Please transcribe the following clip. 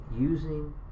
using